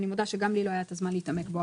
מודה שגם לי לא היה את הזמין להתעמק בו,